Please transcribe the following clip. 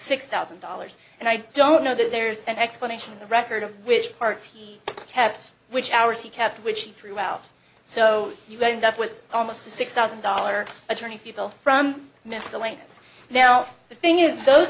thousand dollars and i don't know that there's an explanation in the record of which parts he kept which hours he kept which he threw out so you end up with almost six thousand dollar attorney people from miscellaneous now the thing is those